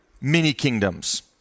mini-kingdoms